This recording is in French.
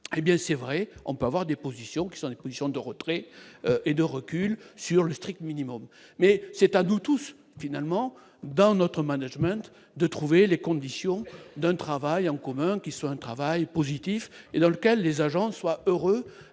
hé bien c'est vrai, on peut avoir des positions qui sont des positions de retrait et de recul sur le strict minimum, mais c'est à nous tous, finalement dans notre management de trouver les conditions d'un travail en commun qui soit un travail positif et dans lequel les agents soient heureuse